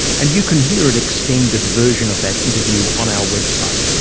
and you can hear an extended version of that interview on our website.